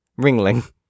Ringling